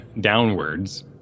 downwards